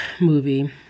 movie